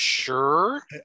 Sure